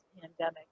pandemic